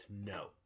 No